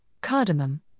cardamom